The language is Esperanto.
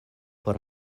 por